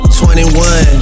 21